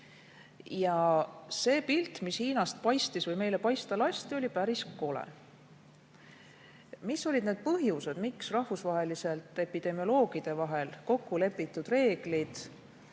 See pilt, mis Hiinast paistis või mida meile paista lasti, oli päris kole. Mis olid need põhjused, miks rahvusvaheliselt epidemioloogide vahel kokkulepitud reeglid,